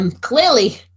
clearly